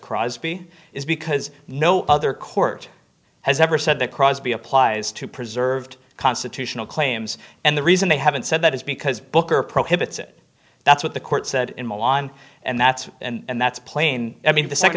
crosby is because no other court has ever said that crosby applies to preserved constitutional claims and the reason they haven't said that is because booker prohibits it that's what the court said in milan and that's and that's plain i mean the